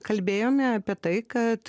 kalbėjome apie tai kad